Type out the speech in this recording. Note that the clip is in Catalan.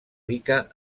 rica